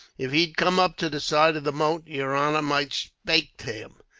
if he'd come up to the side of the moat, yer honor might spake to him.